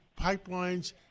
pipelines